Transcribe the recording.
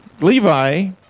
Levi